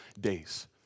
days